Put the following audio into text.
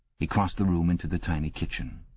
he crossed the room into the tiny kitchen.